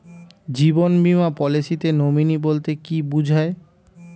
জীবন বীমা পলিসিতে নমিনি বলতে কি বুঝায়?